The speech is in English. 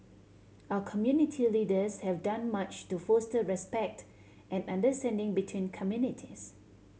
our community leaders have done much to foster respect and understanding between communities